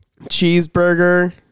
cheeseburger